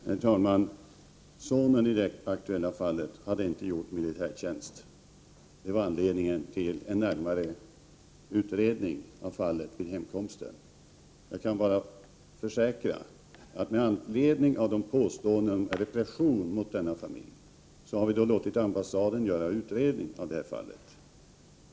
Herr talman! Sonen i det aktuella fallet hade inte gjort militärtjänst. Det var anledningen till att man gjorde en närmare utredning av fallet vid familjens hemkomst. Jag försäkrar att vi, med anledning av påståenden om repression mot denna familj, har låtit ambassaden göra en utredning av fallet.